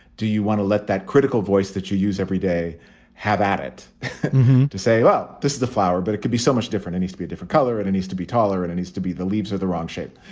do you want to let that critical voice that you use every day have at it to say, well, this is a flower, but it could be so much different. it needs to be a different color. it it needs to be taller and needs to be the leaves are the wrong shape.